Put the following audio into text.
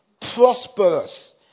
prosperous